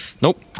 Nope